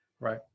Right